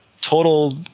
total